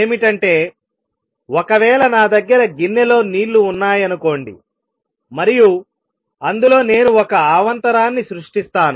ఏమిటంటే ఒకవేళ నా దగ్గర గిన్నెలో నీళ్ళు ఉన్నాయనుకోండి మరియు అందులో నేను ఒక అవాంతరాన్ని సృష్టిస్తాను